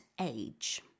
age